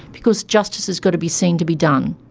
because justice has got to be seen to be done.